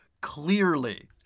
Clearly